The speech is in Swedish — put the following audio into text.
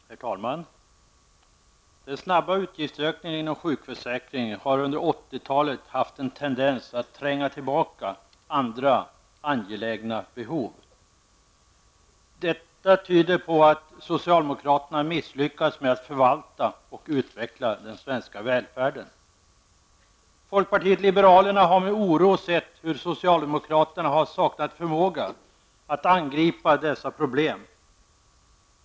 Herr talman! Den snabba utgiftsökningen inom sjukförsäkringen har under 80-talet haft en tendens att tränga tillbaka andra angelägna behov. Detta tyder på att socialdemokraterna har misslyckats med att förvalta och utveckla den svenska välfärden. Folkpartiet liberalerna har med oro sett hur socialdemokraterna har saknat förmåga att angripa dessa problem.